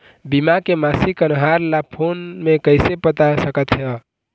बीमा के मासिक कन्हार ला फ़ोन मे कइसे पता सकत ह?